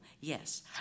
yes